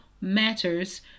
matters